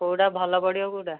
କେଉଁଟା ଭଲ ପଡ଼ିବ କେଉଁଟା